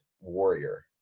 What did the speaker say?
warrior